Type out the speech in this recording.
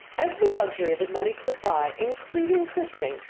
every luxury that money could buy, including christening,